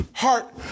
Heart